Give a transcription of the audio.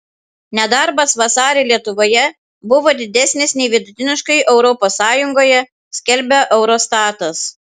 nedarbas vasarį lietuvoje buvo didesnis nei vidutiniškai europos sąjungoje skelbia eurostatas